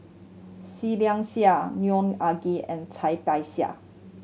Seah Liang Seah Neo Anngee and Cai Bixia